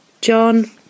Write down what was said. John